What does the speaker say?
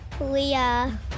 Leah